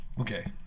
Okay